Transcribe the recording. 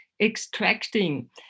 extracting